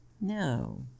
No